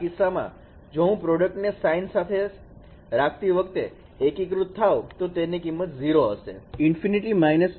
આ કિસ્સામાં જો હું પ્રોડક્ટ ને sin સાથે રાખતી વખતે એકીકૃત થાવ તો તેની કિંમત 0 હશે